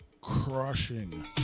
crushing